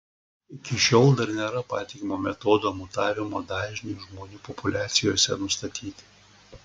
iki šiol dar nėra patikimo metodo mutavimo dažniui žmonių populiacijose nustatyti